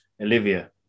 Olivia